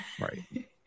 Right